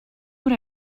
what